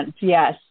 yes